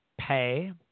pay